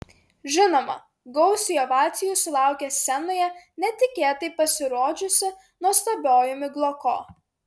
žinoma gausiai ovacijų sulaukė scenoje netikėtai pasirodžiusi nuostabioji migloko